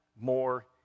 more